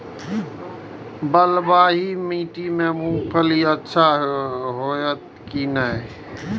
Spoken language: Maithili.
बलवाही माटी में मूंगफली अच्छा होते की ने?